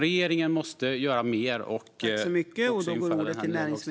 Regeringen måste göra mer och införa den nya lagstiftningen.